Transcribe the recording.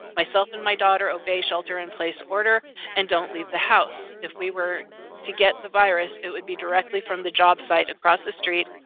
myself and my daughter obey shelter in place order and don't leave the house. if we were to get the virus it would be directly from the job site across the street.